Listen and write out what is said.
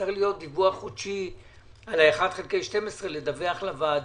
צריך להיות דיווח חודשי על ה-1/12 לוועדה.